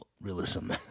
Realism